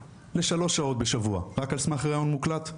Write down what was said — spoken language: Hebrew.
לשלוש שעות בשבוע רק על סמך ראיון מוקלט?